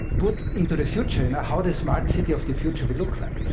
put into the future and how the smart city of the future would look like.